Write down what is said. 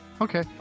okay